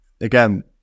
again